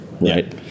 right